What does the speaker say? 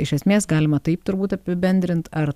iš esmės galima taip turbūt apibendrint ar